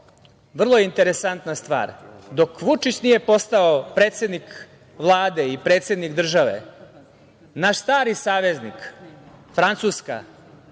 vrlo je interesantna stvar, dok Vučić nije postao predsednik Vlade i predsednik države, naš stari saveznik Francuska